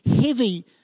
heavy